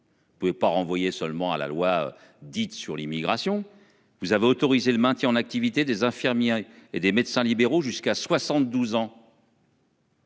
Vous pouvez pas renvoyé seulement à la loi dite sur l'immigration. Vous avez autorisé le maintien en activité des infirmiers et des médecins libéraux jusqu'à 72 ans.